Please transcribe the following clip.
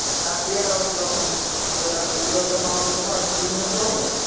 आ कियद् आवश्यकं किलो द्वयं आवश्यकं वा किञ्चित् न्यूनं करोमि अहं